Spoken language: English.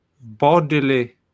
bodily